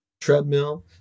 treadmill